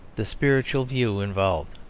the spiritual view involved.